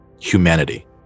humanity